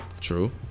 true